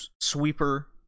sweeper